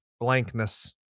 blankness